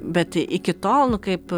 bet iki tol nu kaip